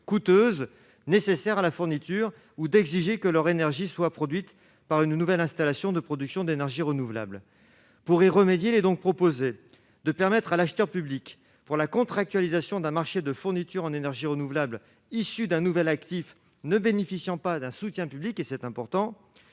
coûteuse nécessaires à la fourniture ou d'exiger que leur énergie soit produite par une nouvelle installation de production d'énergie renouvelable pour y remédier les est donc proposé de permettre à l'acheteur public pour la contractualisation d'un marché de fourniture en énergie renouvelable, issue d'un nouvel actif ne bénéficiant pas d'un soutien public et c'est important